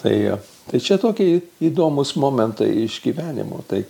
tai tai čia tokie įdomūs momentai iš gyvenimo tai